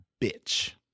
bitch